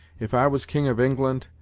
if i was king of england,